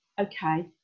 okay